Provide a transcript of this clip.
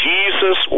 Jesus